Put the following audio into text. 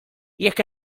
jekk